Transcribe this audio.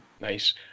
Nice